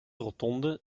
rotonde